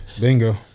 Bingo